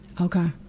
Okay